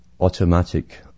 automatic